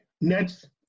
next